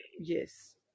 yes